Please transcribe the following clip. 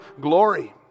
glory